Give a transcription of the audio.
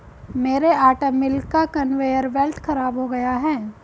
मेरे आटा मिल का कन्वेयर बेल्ट खराब हो गया है